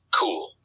cool